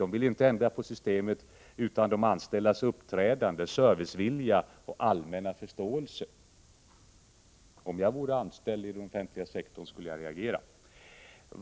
De vill inte ändra på systemet utan på de anställdas uppträdande, servicevilja och allmänna förståelse. Om jag vore anställd i den offentliga sektorn skulle jag reagera.